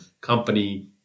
company